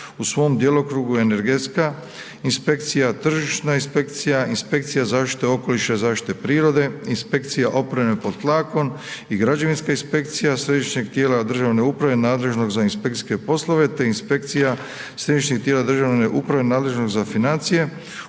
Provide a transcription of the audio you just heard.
u svom djelokrugu energetska inspekcija, tržišna inspekcija, inspekcija zaštite okoliša i zaštite prirode, inspekcija opreme pod tlakom i građevinska inspekcija središnjeg tijela državne uprave nadležnog za inspekcijske poslove te inspekcija središnjeg tijela državne uprave nadležnog za financije